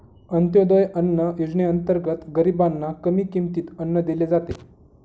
अंत्योदय अन्न योजनेअंतर्गत गरीबांना कमी किमतीत अन्न दिले जाते